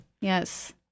Yes